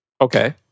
Okay